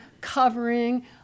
covering